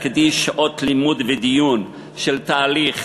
תקדיש שעות לימוד ודיון על תהליך